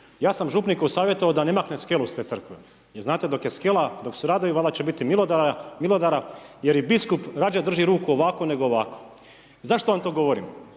ja sam župniku savjetovao da ne makne skelu s te crkve, jer znate, dok je skela, dok su radovi, valjda će biti milodara, jer i biskup rađe drži ruku ovako nego ovako. Zašto vam to govorim.